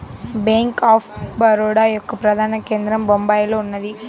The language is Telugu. బ్యేంక్ ఆఫ్ బరోడ యొక్క ప్రధాన కేంద్రం బొంబాయిలో ఉన్నది